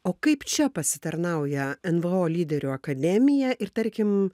o kaip čia pasitarnauja nvo lyderių akademija ir tarkim